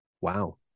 Wow